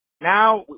now